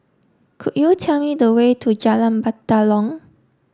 could you tell me the way to Jalan Batalong